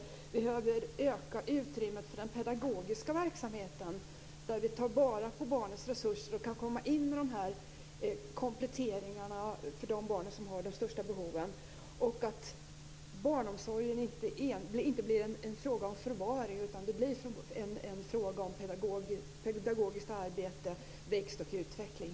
Vi behöver öka utrymmet för den pedagogiska verksamheten, där vi tar vara på barnens resurser och kan göra kompletteringar för de barn som har de största behoven. Barnomsorgen får inte vara en fråga om förvaring, utan det skall vara en fråga om pedagogiskt arbete, växt och utveckling.